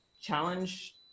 challenge